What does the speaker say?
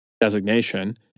designation